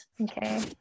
okay